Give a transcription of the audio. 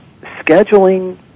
scheduling